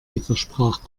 widersprach